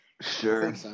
Sure